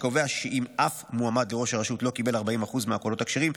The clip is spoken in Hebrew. קובע שאם אף מועמד לראש הרשות לא קיבל 40% מהקולות הכשרים,